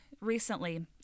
recently